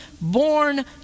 born